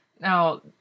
Now